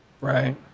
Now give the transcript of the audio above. Right